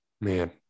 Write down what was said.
Man